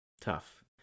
Tough